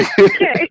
Okay